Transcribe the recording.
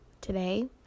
today